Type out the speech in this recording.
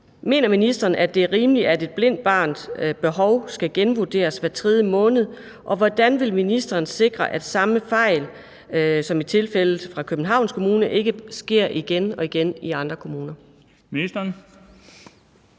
Mener ministeren, at det er rimeligt, at et blindt barns behov skal genvurderes hver tredje måned, og hvordan vil ministeren sikre, at samme fejl som i tilfældet fra Københavns Kommune ikke sker igen og igen i andre kommuner? Kl.